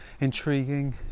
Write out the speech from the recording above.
intriguing